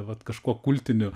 vat kažkuo kultiniu